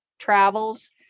Travels